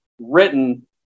written